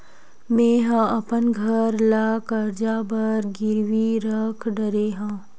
मेहा अपन घर ला कर्जा बर गिरवी रख डरे हव